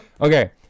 Okay